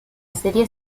serie